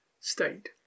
state